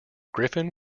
griffin